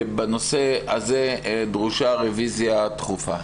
בנושא הזה דרושה רביזיה דחופה.